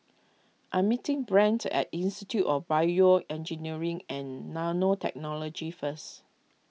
I am meeting Brent at Institute of BioEngineering and Nanotechnology first